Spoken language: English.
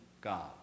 God